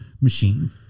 machine